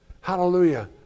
hallelujah